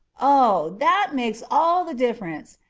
oh! that makes all the difference.